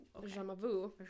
jamavu